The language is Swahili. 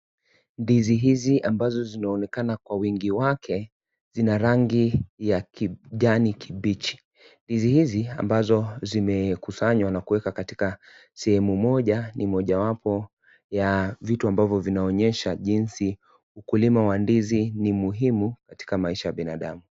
Ndizi hizi ambazo zinaonekana kwa wingi wake, zina rangi ya kijani kibichi. Ndizi hizi ambazo zimekusanywa na kuwekwa katika sehemu moja, ni mojawapo ya vitu ambavyo inaonyesha jinsi ukulima wa ndizi ni muhimu katika maisha ya binadamu.